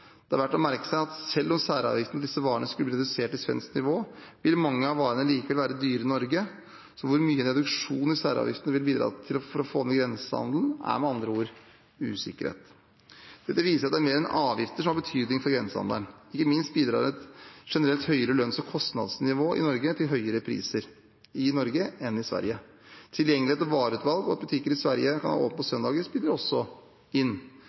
Det er verdt å merke seg at selv om særavgiften på disse varene skulle bli redusert til svensk nivå, vil mange av varene likevel være dyre i Norge. Så mye hvor mye en reduksjon i særavgiftene vil bidra til å få ned grensehandelen, er med andre ord usikkert. Dette viser at det er mer enn avgifter som har betydning for grensehandelen. Ikke minst bidrar et generelt høyere lønns- og kostnadsnivå i Norge til høyere priser i Norge enn i Sverige. Tilgjengelighet og vareutvalg og at butikker i Sverige kan ha åpent på søndager, spiller også inn.